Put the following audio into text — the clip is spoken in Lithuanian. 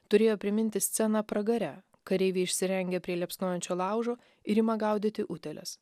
turėjo priminti sceną pragare kareiviai išsirengę prie liepsnojančio laužo ir ima gaudyti utėles